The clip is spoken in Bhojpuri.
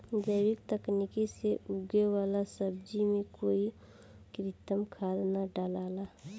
जैविक तकनीक से उगे वाला सब्जी में कोई कृत्रिम खाद ना डलाला